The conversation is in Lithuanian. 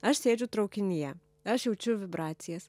aš sėdžiu traukinyje aš jaučiu vibracijas